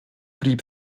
blieb